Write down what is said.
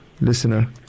listener